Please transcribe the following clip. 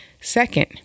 Second